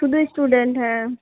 শুধুই স্টুডেন্ট হ্যাঁ